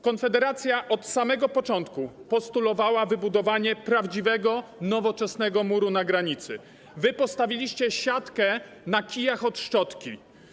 Konfederacja od samego początku postulowała wybudowanie prawdziwego nowoczesnego muru na granicy - wy postawiliście siatkę na kijach od szczotki.